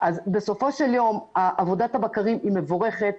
בסופו של יום, עבודת הבקרים היא מבורכת.